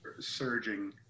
surging